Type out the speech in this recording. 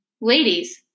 Ladies